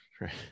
right